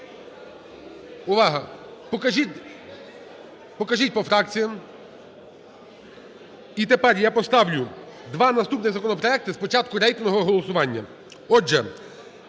Увага! Покажіть по фракціям. І тепер я поставлю два наступних законопроекти, спочатку рейтингове голосування.